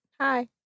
hi